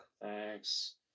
thanks